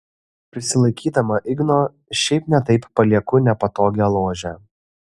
prisilaikydama igno šiaip ne taip palieku nepatogią ložę